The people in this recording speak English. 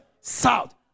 south